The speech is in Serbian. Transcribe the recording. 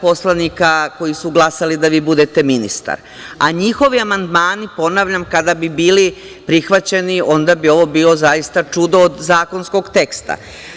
poslanika koji su glasali da vi budete ministar, a njihovi amandmani, ponavljam kada bi bili prihvaćeni onda bi ovo bio zaista čudo od zakonskog teksta.